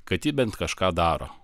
kad ji bent kažką daro